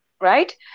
Right